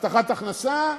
והבטחת הכנסה,